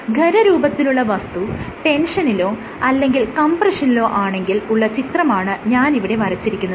ഖരരൂപത്തിലുള്ള വസ്തു ടെൻഷനിലോ അല്ലെങ്കിൽ കംപ്രഷനിലോ ആണെങ്കിൽ ഉള്ള ചിത്രമാണ് ഞാൻ ഇവിടെ വരച്ചിരിക്കുന്നത്